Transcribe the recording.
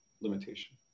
limitation